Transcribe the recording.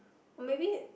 maybe